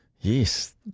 Yes